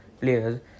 players